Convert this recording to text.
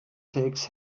takes